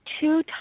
two